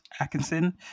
Atkinson